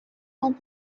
and